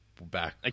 back